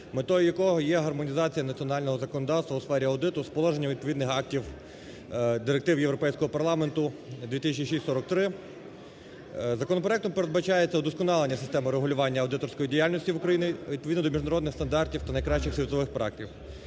метою якого є гармонізація національного законодавства у сфері аудиту з положенням відповідних актів директив Європейського парламенту 2000/43. Законопроектом передбачається удосконалення системи регулювання аудиторської діяльності в Україні відповідно до міжнародних стандартів та найкращих світових практик.